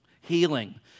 Healing